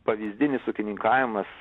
pavyzdinis ūkininkavimas